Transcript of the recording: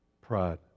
Pride